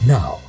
Now